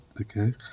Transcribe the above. okay